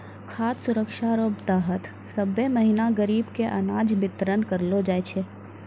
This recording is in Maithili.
खाद सुरक्षा रो तहत सभ्भे महीना गरीब के अनाज बितरन करलो जाय छै